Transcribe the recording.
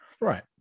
Right